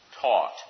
taught